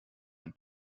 ein